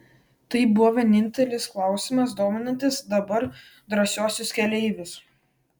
tai buvo vienintelis klausimas dominantis dabar drąsiuosius keleivius